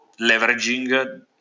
leveraging